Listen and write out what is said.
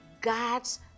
god's